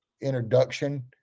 introduction